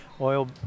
Oil